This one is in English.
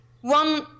one